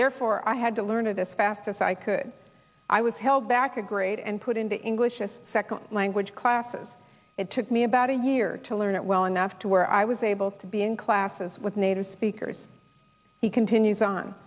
therefore i had to learn of this fast as i could i was held back a grade and put into english as a second language classes it took me about a year to learn it well enough to where i was able to be in classes with native speakers he continues on